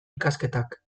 ikasketak